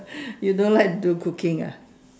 you don't like do cooking ah